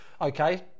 Okay